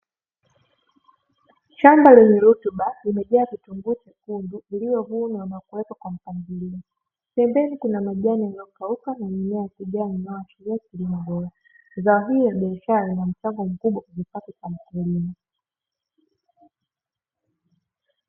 Shamba lenye rutuba, limejaa vitunguu vyekundu vilivyovunwa na kuwekwa kwenye mpangilio, pembeni kuna majani yaliyokauka na na mimea ya kijani inayoashiria kiimo bora. Zao hilo la biashara lina mchango mkubwa kwenye kipato cha mkulima.